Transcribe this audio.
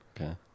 okay